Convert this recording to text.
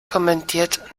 kommentiert